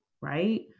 Right